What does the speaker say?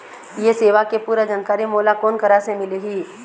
ये सेवा के पूरा जानकारी मोला कोन करा से मिलही?